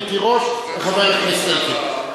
חברת הכנסת רונית תירוש וחבר הכנסת אלקין.